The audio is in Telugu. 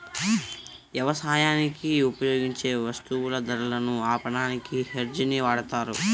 యవసాయానికి ఉపయోగించే వత్తువుల ధరలను ఆపడానికి హెడ్జ్ ని వాడతారు